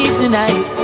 tonight